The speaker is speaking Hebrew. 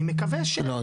אני מקווה --- לא,